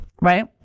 right